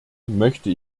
möchte